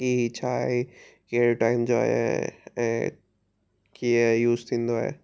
की छा आहे कहिड़े टाइम जो आए ऐं कीअं यूस थींदो आहे